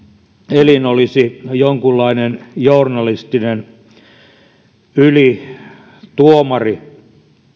elin olisi jonkunlainen journalistinen ylituomari